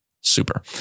Super